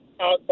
out